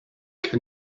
can